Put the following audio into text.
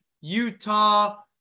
Utah